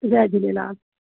Jay Jhulelal